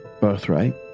birthright